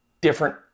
different